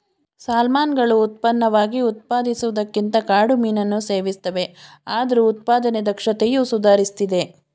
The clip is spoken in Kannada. ಸಾಲ್ಮನ್ಗಳು ಉತ್ಪನ್ನವಾಗಿ ಉತ್ಪಾದಿಸುವುದಕ್ಕಿಂತ ಕಾಡು ಮೀನನ್ನು ಸೇವಿಸ್ತವೆ ಆದ್ರೂ ಉತ್ಪಾದನೆ ದಕ್ಷತೆಯು ಸುಧಾರಿಸ್ತಿದೆ